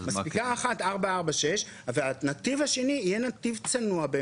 מספיקה אחת 446. הנתיב השני יהיה באמת נתיב צנוע,